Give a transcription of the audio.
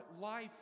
life